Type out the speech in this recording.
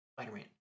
spider-man